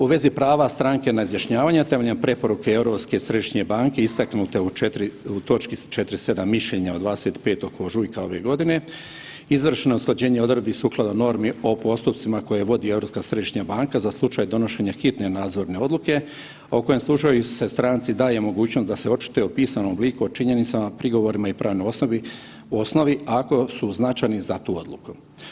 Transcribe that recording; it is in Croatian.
U vezi prava stranke na izjašnjavanja temeljem preporuke Europske središnje banke istaknute u 4, točki 47 mišljenja od 25. ožujka ove godine izvršeno usklađenje odredbi sukladno normi o postupcima koje vodi Europska središnja banka za slučaj donošenja hitne nadzorne odluke u kojem slučaju se stranci daje mogućnost da se očituje u pisanom obliku o činjenicama, prigovorima i pravnoj osnovi ako su značajni za tu odluku.